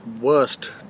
worst